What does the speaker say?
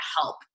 help